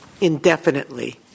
indefinitely